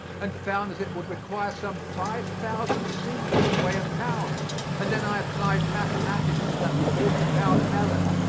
and found that it would require some five thousand seeds to weigh a pound and then i applied mathematics to that forty-pound melon.